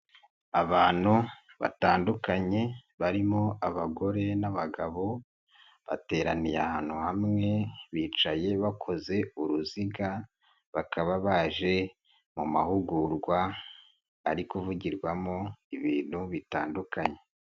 Abantu batandukanye barimo abagore n'abagabo bateraniye ahantu hamwe, bicaye bakoze uruziga, bakaba baje mu mahugurwa ari kuvugirwamo ibintu bitandukanye.